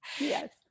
Yes